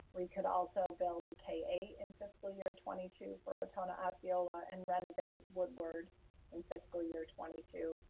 we could also build the k eight in fiscal year twenty two for ortona osceola and renovate woodward in fiscal year twenty two,